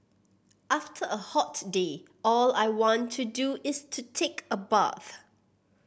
after a hot day all I want to do is to take a bath